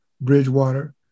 Bridgewater